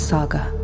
Saga